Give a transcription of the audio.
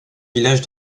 village